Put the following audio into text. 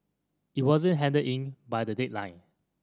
it wasn't handed in by the deadline